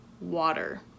water